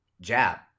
Jab